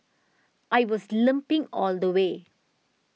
I was limping all the way